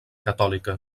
catòlica